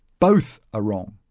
both are wrong.